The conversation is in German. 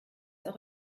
auch